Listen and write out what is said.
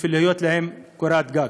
בשביל שתהיה להם קורת גג.